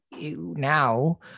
now